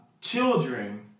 children